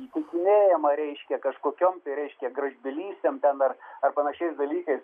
įtikinėjama reiškia kažkokiom tai reiškia gražbylystėm ten ar ar panašiais dalykais